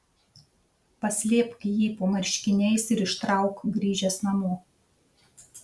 paslėpk jį po marškiniais ir ištrauk grįžęs namo